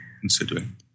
considering